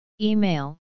Email